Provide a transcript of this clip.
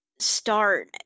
start